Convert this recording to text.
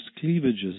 cleavages